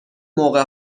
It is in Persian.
موقع